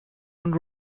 und